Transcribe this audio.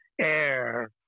air